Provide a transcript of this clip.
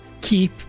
keep